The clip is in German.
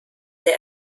der